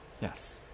Yes